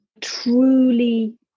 truly